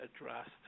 addressed